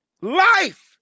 life